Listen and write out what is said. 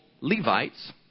Levites